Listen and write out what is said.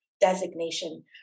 designation